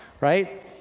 right